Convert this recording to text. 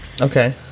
Okay